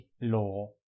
Law